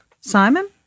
Simon